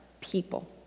people